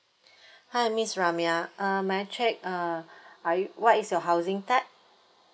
hi miss ramia uh may I check uh are you what is your housing type